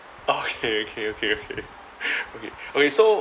okay okay okay okay okay okay so